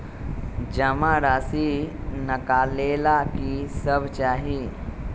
जमा राशि नकालेला कि सब चाहि?